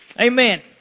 Amen